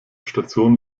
station